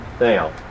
now